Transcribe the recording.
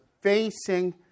facing